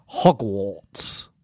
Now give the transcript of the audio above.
Hogwarts